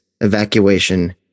Evacuation